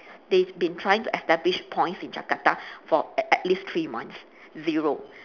they've been trying to establish points in jakarta for at at least three months zero